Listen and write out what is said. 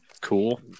cool